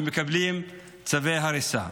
הם מקבלים צווי הריסה.